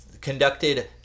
conducted